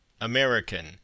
American